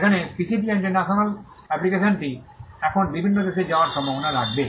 যেখানে PCT international অ্যাপ্লিকেশনটি এখন বিভিন্ন দেশে যাওয়ার সম্ভাবনা রাখবে